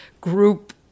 group